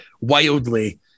wildly